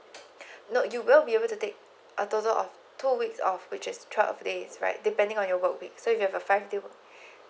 no you will be able to take a total of two weeks of which is twelve days right depending on your work week so you have a five day work